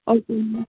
ஓகேங்க